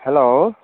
hello